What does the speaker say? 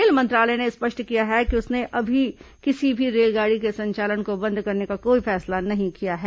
rail मंत्रालय ने स्पष्ट किया है कि उसने अभी किसी भी रेलगाड़ी के संचालन को बंद करने का कोई फैसला नहीं किया है